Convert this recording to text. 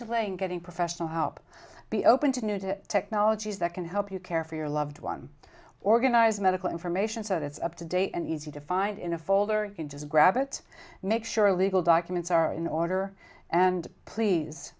delay in getting professional help be open to new to technologies that can help you care for your loved one organize medical information so that's up to date and easy to find in a folder you can just grab it make sure a legal documents are in order and please